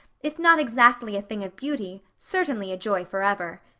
if not exactly a thing of beauty, certainly a joy forever.